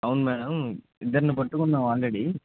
అవును మేడమ్ ఇద్దరిని పట్టుకున్నాము ఆల్రెడీ